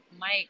Mike